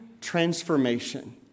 transformation